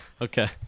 Okay